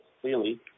clearly